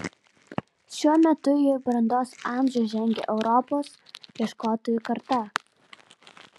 šiuo metu į brandos amžių žengia europos ieškotojų karta